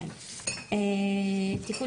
"הצעת חוק הנכים (תגמולים ושיקום) (תיקון